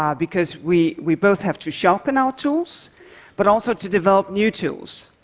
um because we we both have to sharpen our tools but also to develop new tools.